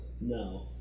No